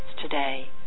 today